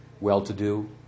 well-to-do